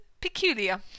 peculiar